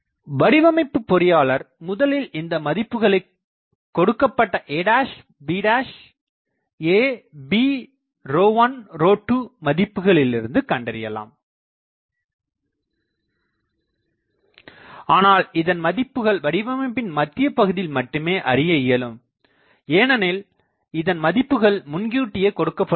வடிவமைப்பு பொறியாளர் முதலில் இந்த மதிப்புகளைக் கொடுக்கப்பட்ட a b a b 1 2மதிப்பு களிலிருந்து கண்டறியலாம் ஆனால் இதன் மதிப்புகள் வடிவமைப்பின் மத்தியபகுதியில் மட்டுமே அறிய இயலும் ஏனெனில் இதன் மதிப்புகள் முன்கூட்டியே கொடுக்கப்படுவதில்லை